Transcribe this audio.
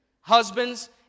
husbands